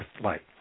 flight